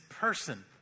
person